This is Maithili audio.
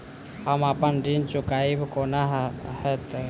हम अप्पन ऋण चुकाइब कोना हैतय?